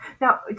Now